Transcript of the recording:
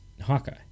Hawkeye